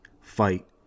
fight